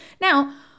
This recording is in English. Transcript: now